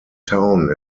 town